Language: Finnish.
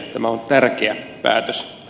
tämä on tärkeä päätös